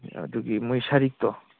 ꯑꯗꯨꯒꯤ ꯃꯣꯏ ꯁꯔꯤꯠꯇꯣ